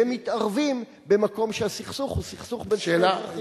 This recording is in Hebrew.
ומתערבים במקום שהסכסוך הוא סכסוך בין שני אזרחים?